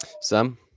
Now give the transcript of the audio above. sam